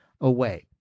away